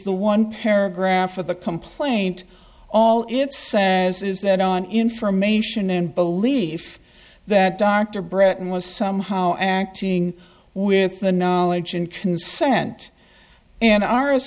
the one paragraph of the complaint all it says is that on information and belief that dr britton was somehow acting with the knowledge and consent and our